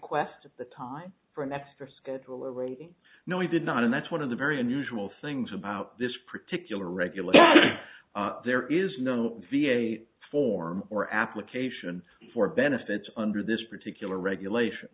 quest at the time for an extra scheduler rating no we did not and that's one of the very unusual things about this particular regulator there is no v a form or application for benefits under this particular regulation